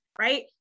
right